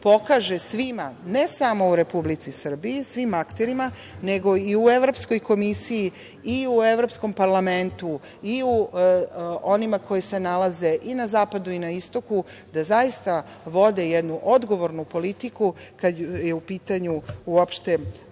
pokaže svima, ne samo u Republici Srbiji, svim akterima, nego i u Evropskoj komisiji i u Evropskom parlamentu i u onima koji se nalaze i na zapadu i na istoku, da zaista vode jednu odgovornu politiku kada je u pitanju uopšte